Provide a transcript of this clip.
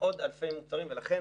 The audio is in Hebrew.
עוד אלפי מוצרים ולכן